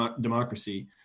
democracy